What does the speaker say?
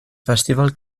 festival